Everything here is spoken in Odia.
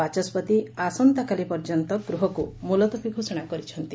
ବାଚସ୍ୱତି ଆସନ୍ତାକାଲି ପର୍ଯ୍ୟନ୍ତ ଗୃହକୁ ମୁଲତବୀ ଘୋଷଣା କରିଛନ୍ତି